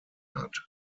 hat